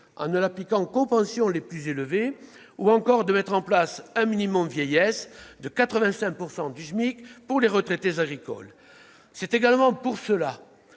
en ne l'appliquant qu'aux pensions les plus élevées ou encore de mettre en place un minimum vieillesse de 85 % du SMIC pour les retraités agricoles. C'est pourquoi,